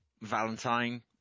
Valentine